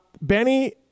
Benny